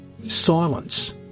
Silence